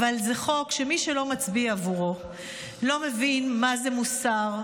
אבל זה חוק שמי שלא מצביע עבורו לא מבין מה זה מוסר,